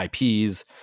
IPs